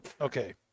Okay